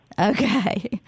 Okay